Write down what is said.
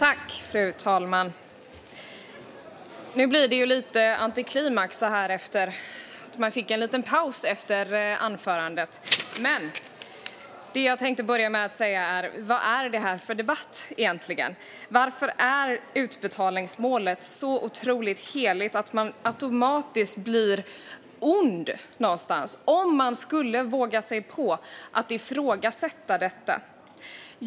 Fru talman! Nu blir det lite antiklimax när det blev en liten paus efter anförandet. Men jag tänkte börja med att fråga: Vad är detta för debatt egentligen? Varför är utbetalningsmålet så otroligt heligt att man automatiskt blir ond om någon skulle våga sig på att ifrågasätta detta?